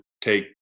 take